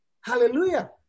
Hallelujah